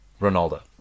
Ronaldo